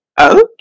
Okay